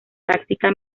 táctica